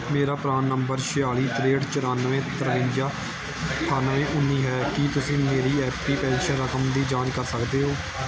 ਮੇਰਾ ਪਰਾਨ ਨੰਬਰ ਛਿਆਲੀ ਤ੍ਰੇਹਠ ਚੁਰਾਨਵੇਂ ਤਰਵੰਜਾ ਅਠਾਨਵੇਂ ਉੱਨੀ ਹੈ ਕੀ ਤੁਸੀਂ ਮੇਰੀ ਐਪੀ ਪੈਨਸ਼ਨ ਰਕਮ ਦੀ ਜਾਂਚ ਕਰ ਸਕਦੇ ਹੋ